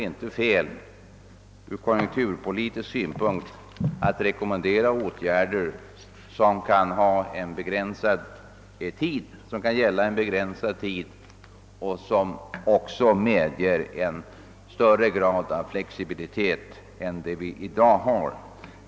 Då är det ur konjunktursynpunkt inte oriktigt att för en begränsad tid rekommendera åtgärder som medger en högre flexibilitet än den vi för närvarande har.